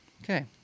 Okay